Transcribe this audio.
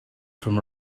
from